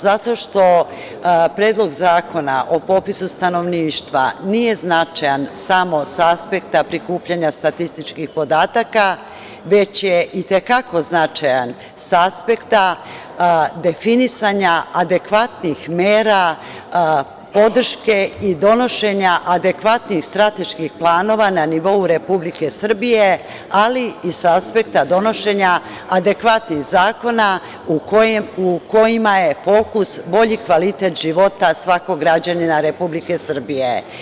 Zato Predlog zakona o popisu stanovništva nije značajan samo sa aspekta prikupljanja statističkih podataka, već je i te kako značajan sa aspekta definisanja adekvatnih mera podrške i donošenja adekvatnih strateških planova na nivou Republike Srbije, ali i sa aspekta donošenja adekvatnih zakona u kojima je fokus bolji kvalitet života svakog građanina Republike Srbije.